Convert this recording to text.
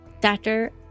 Doctor